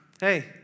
hey